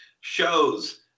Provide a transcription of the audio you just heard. shows